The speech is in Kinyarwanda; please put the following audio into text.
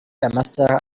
amasaha